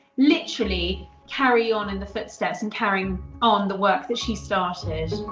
literally carry on in the footsteps and carrying on the work that she started.